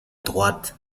droite